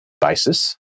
basis